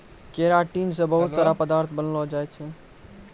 keratin से बहुत सारा पदार्थ बनलो जाय छै